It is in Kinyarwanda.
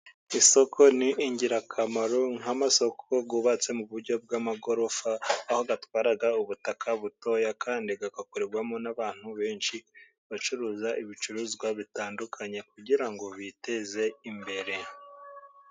Isoko ni ingirakamaro nk'amasoko yubatse mu buryo bw'amagorofa, aho atwara ubutaka butoya, kandi agakorerwamo n'abantu benshi bacuruza ibicuruzwa bitandukanye kugira ngo biteze imbere.